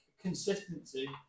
consistency